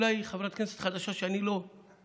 אולי היא חברת כנסת חדשה שאני לא מכיר,